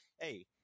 hey –